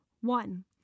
One